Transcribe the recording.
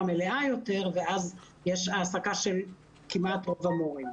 מלאה יותר ואז יש העסקה של כמעט רוב המורים.